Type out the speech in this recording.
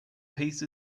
peace